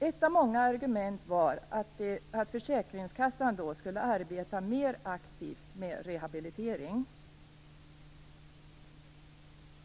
Ett av många argument var att försäkringskassan skulle arbeta mer aktivt med rehabilitering.